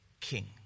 king